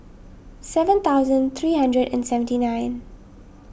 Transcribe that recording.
seven thousand three hundred and seventy nine